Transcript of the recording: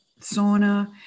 sauna